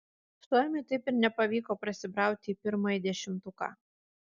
suomiui taip ir nepavyko prasibrauti į pirmąjį dešimtuką